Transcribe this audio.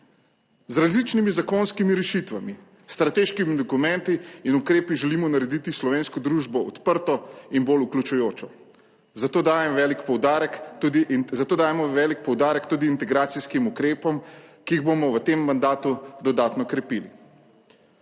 Z različnimi zakonskimi rešitvami, s strateškimi dokumenti in ukrepi želimo narediti slovensko družbo odprto in bolj vključujočo, zato dajemo velik poudarek tudi integracijskim ukrepom, ki jih bomo v tem mandatu dodatno krepili.